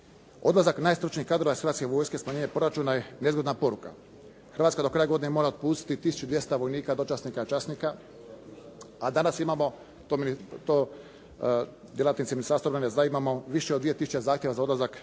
Odlazak najstručnijih kadrova iz Hrvatske vojske, smanjenje proračun je nezgodna poruka. Hrvatska do kraja godine mora otpustiti 1200 vojnika, dočasnika, časnika, a danas imamo, to je djelatnici Ministarstva obrane znaju, imamo više od 2000 zahtjeva za odlazak iz Hrvatske